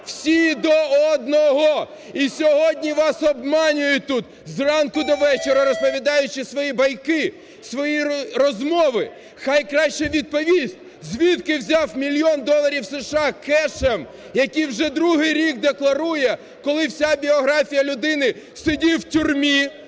всі до одного. І сьогодні вас обманюють тут, з ранку до вечора розповідаючи свої байки, свої розмови. Хай краще відповість, звідки взяв мільйон доларів США кешем, які вже другий рік декларує, коли вся біографія людини: сидів в тюрмі